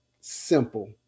Simple